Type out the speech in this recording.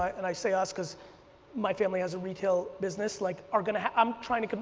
and i say us because my family has a retail business like are going to, i'm trying to,